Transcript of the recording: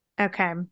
Okay